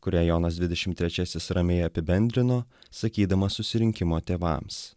kurią jonas dvidešim trečiasis ramiai apibendrino sakydamas susirinkimo tėvams